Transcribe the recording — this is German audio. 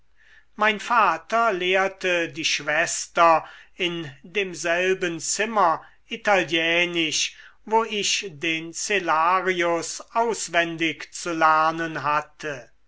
mein vater lehrte die schwester in demselben zimmer italienisch wo ich den cellarius auswendig zu lernen hatte